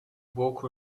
woke